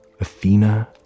Athena